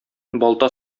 балта